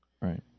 Right